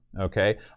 okay